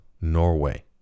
Norway